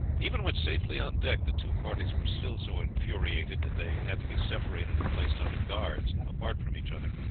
even when safely on deck, the two parties were still so infuriated that they had to be separated and placed under guards apart from each other.